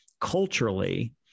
culturally